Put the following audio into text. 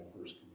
first